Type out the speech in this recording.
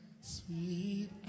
sweet